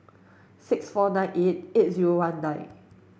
six four nine eight eight zero one nine